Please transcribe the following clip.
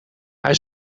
hij